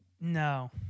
no